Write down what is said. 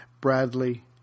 Bradley